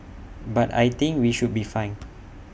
but I think we should be fine